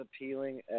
appealing